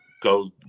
Go